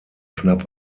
knapp